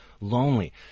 lonely